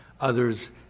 others